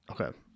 Okay